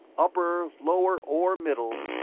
upper, lower, or middle.